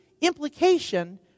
implication